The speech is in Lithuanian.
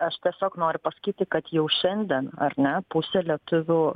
aš tiesiog noriu pasakyti kad jau šiandien ar ne pusė lietuvių